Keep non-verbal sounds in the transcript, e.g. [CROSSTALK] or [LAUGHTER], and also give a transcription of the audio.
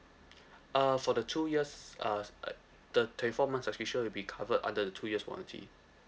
uh for the two years uh s~ [NOISE] the twenty four months subscription will be covered under the two years warranty